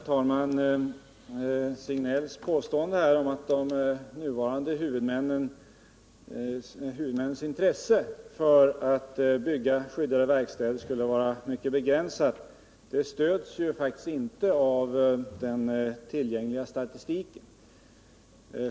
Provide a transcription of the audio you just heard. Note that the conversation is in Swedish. Herr talman! Sven-Gösta Signells påstående att huvudmännens intresse för att bygga skyddade verkstäder skulle vara begränsat stöds faktiskt inte av den tillgängliga statistiken.